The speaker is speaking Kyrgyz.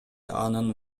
анын